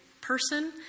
person